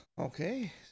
okay